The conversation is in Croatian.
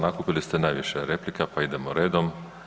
Nakupili ste najviše replika, pa idemo redom.